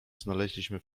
znaleźliśmy